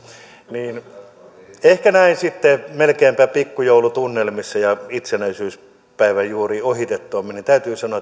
niin ehkä näin sitten melkeinpä pikkujoulutunnelmissa ja itsenäisyyspäivän juuri ohitettuamme täytyy sanoa